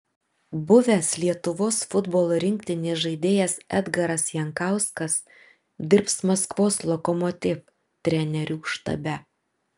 buvęs lietuvos futbolo rinktinės žaidėjas edgaras jankauskas dirbs maskvos lokomotiv trenerių štabe